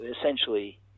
Essentially